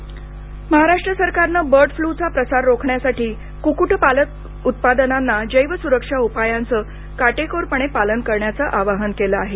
bird flu Maharashtra सरकारने बर्ड फ्ल्यूचा प्रसार रोखण्यासाठी कुक्कुटपालन उत्पादकांना जैव सुरक्षा उपायांचे काटेकोरपणे पालन करण्याचे आवाहन केले आहे